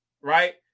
Right